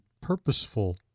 purposeful